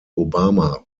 obama